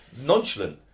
nonchalant